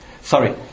Sorry